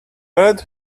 bird